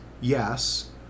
Yes